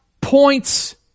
points